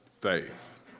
faith